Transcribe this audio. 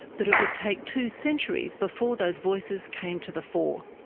but it would take two centuries before those voices came to the fore.